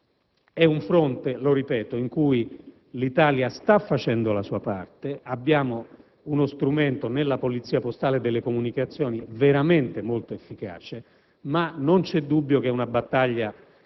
di un fronte - lo ripeto - in cui l'Italia sta facendo la sua parte. Abbiamo uno strumento, nella polizia postale e delle comunicazioni, veramente molto efficace, ma non c'è dubbio che questa battaglia,